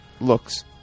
looks